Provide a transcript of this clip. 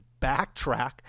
backtrack